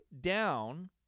down